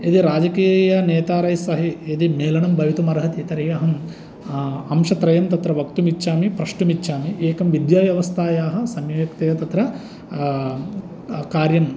यदि राजकीय नेतारै सहै यदि मेलनं भवितुमर्हति तर्हि अहं अंशत्रयं तत्र वक्तुमिच्छामि प्रष्टुमिच्छामि एकं विद्याव्यवस्थायाः सम्यक्तया तत्र कार्यं